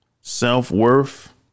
Self-worth